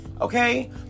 Okay